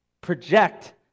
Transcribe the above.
project